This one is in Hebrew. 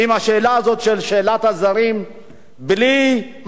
בלי מחסומי צבע, בלי מחסומי תרבות.